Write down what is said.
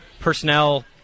personnel